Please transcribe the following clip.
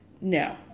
no